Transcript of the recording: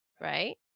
right